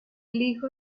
hijo